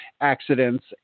accidents